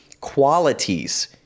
qualities